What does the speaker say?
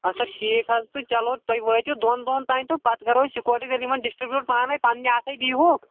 اسا ٹھیٖک حظ تہٕ چلو تُہۍ وٲتِو دۅن دۄہن تام تہٕ پتہٕ کرو أسۍ یِکوٹے رٔلِتھ وۅنۍ ڈِسٹرٛبیٛوٗٹ پانے پننہِ اَتھے دِیٖہوٗکھ